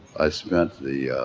i spent the,